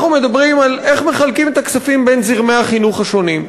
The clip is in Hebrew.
אנחנו מדברים על איך מחלקים את הכספים בין זרמי החינוך השונים.